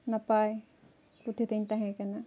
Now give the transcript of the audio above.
ᱱᱟᱯᱟᱭ ᱯᱩᱛᱷᱤ ᱛᱤᱧ ᱛᱟᱦᱮᱸ ᱠᱟᱱᱟ